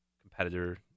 competitor